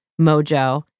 mojo